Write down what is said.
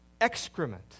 Excrement